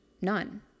None